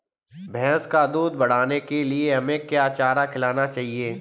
भैंस का दूध बढ़ाने के लिए हमें क्या चारा खिलाना चाहिए?